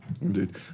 Indeed